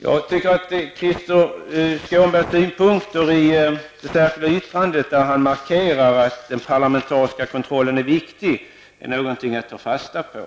Jag tycker att Krister Skånbergs synpunkter i det särskilda yttrandet, där han markerar att den parlamentariska kontrollen är viktig, är någonting att ta fasta på.